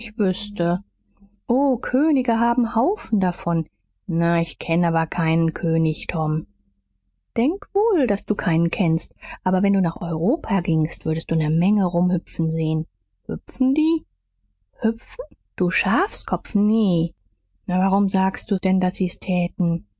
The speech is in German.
o könige haben haufen davon na ich kenn aber keinen könig tom denk wohl daß du keinen kennst aber wenn du nach europa gingst würdst du ne menge rumhüpfen sehn hüpfen die hüpfen du schafskopf nee na warum sagtest du denn daß sie's täten